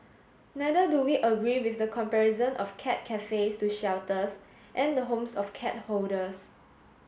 neither do we agree with the comparison of cat cafes to shelters and the homes of cat hoarders